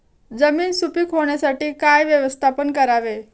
जमीन सुपीक होण्यासाठी काय व्यवस्थापन करावे?